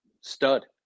Stud